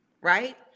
right